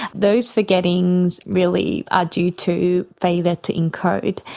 those forgettings really are due to failure to encode.